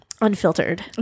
unfiltered